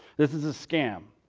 this is a scam.